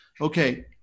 Okay